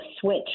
switch